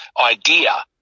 idea